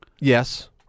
Yes